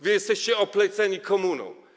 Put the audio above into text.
Wy jesteście opleceni komuną.